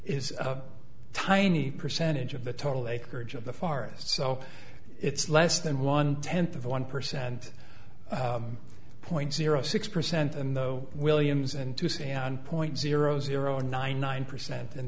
is a tiny percentage of the total acreage of the far east so it's less than one tenth of one percent point zero six percent and though williams and to stay on point zero zero nine nine percent in